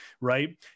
Right